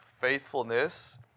faithfulness